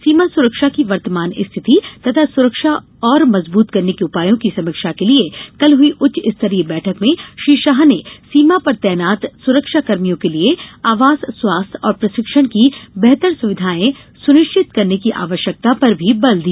सीमा सुरक्षा की वर्तमान स्थिति तथा सुरक्षा और मजुबूत करने के उपायों की समीक्षा के लिये कल हुई उच्च स्तरीय बैठक में श्री शाह ने सीमा पर तैनात सुरक्षा कर्मियों के लिये आवास स्वास्थ्य और प्रशिक्षण की बेहतर सुविधाएं सुनिश्चित करने की आवश्यकता पर भी बल दिया